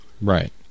right